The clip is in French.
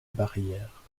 barrière